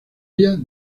ellas